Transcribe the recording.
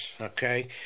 okay